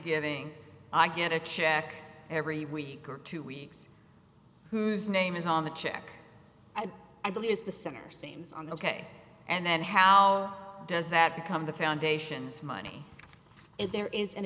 giving i get a check every week or two weeks whose name is on the check and i believe is the center seems on the ok and then how does that become the foundations money if there is an